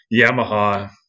Yamaha